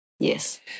Yes